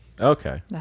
Okay